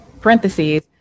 parentheses